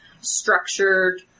structured